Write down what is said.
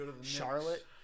Charlotte